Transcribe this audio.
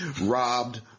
robbed